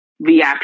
vip